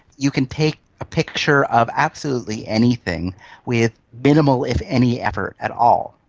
you can take a picture of absolutely anything with minimal if any effort at all.